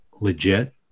legit